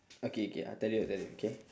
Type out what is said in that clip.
okay okay I tell you I tell you K